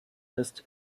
ist